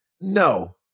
No